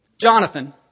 Jonathan